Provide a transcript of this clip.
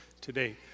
today